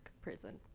prison